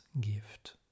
gift